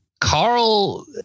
Carl